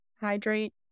hydrate